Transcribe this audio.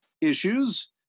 issues